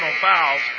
fouls